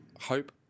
hope